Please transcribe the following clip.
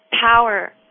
power